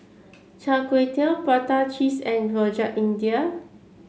Char Kway Teow Prata Cheese and Rojak India